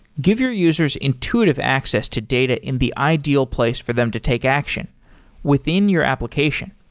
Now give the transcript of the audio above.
give your users intuitive access to data in the ideal place for them to take action within your application.